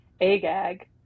Agag